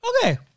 Okay